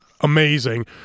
amazing